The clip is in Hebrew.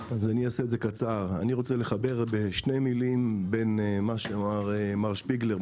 אני רוצה להתחבר בשתי מילים למה שאמר מר שפיגלר,